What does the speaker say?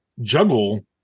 juggle